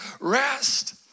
rest